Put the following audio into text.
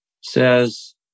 says